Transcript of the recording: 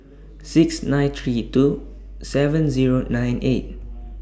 six nine three two seven Zero nine eight